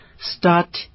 start